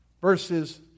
verses